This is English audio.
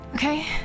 Okay